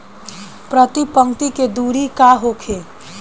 प्रति पंक्ति के दूरी का होखे?